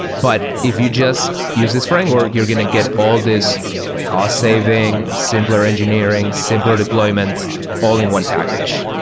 but if you just use this framework, you're going to get all this cost-saving, simpler engineering, simpler deployment all in one package.